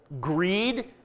greed